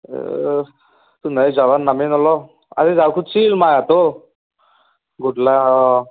অঁ নাই যোৱাৰ নামেই নলওঁ আমি যাব খুজিছিলোঁ মাহঁতক গধূলি